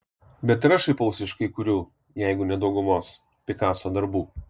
bet ir aš šaipausi iš kai kurių jeigu ne daugumos pikaso darbų